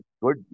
good